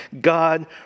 God